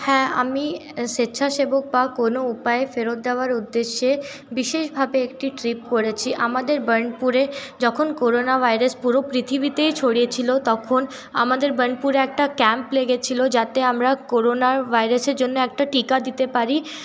হ্যাঁ আমি স্বেচ্ছা সেবক বা কোনো উপায় ফেরত দেওয়ার উদ্দেশ্যে বিশেষ ভাবে একটি ট্রিপ করেছি আমাদের বার্নপুরে যখন কোনোরা ভাইরাস পুরো পৃথিবীতেই ছড়িয়ে ছিল তখন আমাদের বার্নপুরে একটা ক্যাম্প লেগেছিলো যাতে আমরা করোনা ভাইরাসের জন্য একটা টীকা দিতে পারি